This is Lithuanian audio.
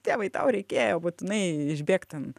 tėvai tau reikėjo būtinai išbėgt ten